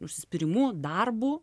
užsispyrimu darbu